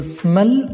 smell